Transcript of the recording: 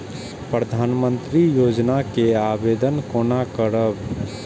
प्रधानमंत्री योजना के आवेदन कोना करब?